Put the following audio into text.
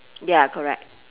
ya correct